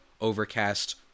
Overcast